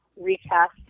recast